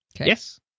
Yes